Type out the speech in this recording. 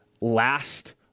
last